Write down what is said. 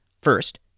First